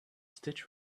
stitch